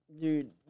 Dude